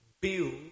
build